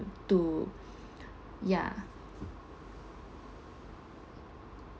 to ya